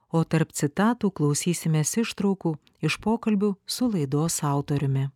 o tarp citatų klausysimės ištraukų iš pokalbių su laidos autoriumi